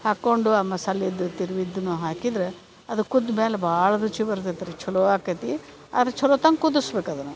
ಹಾಕೊಂಡು ಆ ಮಸಾಲಿದ್ದು ತಿರುವಿದ್ದುನು ಹಾಕಿದ್ದರೆ ಅದು ಕುದ್ದ ಮ್ಯಾಲೆ ಭಾಳ ರುಚಿ ಬರ್ತೇತ್ರಿ ಚಲೋ ಆಕ್ಕೆತಿ ಆದ್ರೆ ಚಲೋತ್ತಂಗೆ ಕುದುಸ್ಬೇಕು ಅದನ್ನ